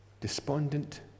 despondent